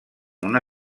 una